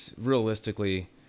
Realistically